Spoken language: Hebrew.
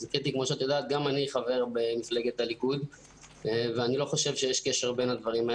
אז גם אני חבר במפלגת הליכוד ואני חושב שאין קשר בין הדברים.